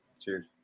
Cheers